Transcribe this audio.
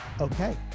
Okay